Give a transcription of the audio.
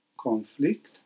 conflict